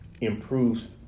improves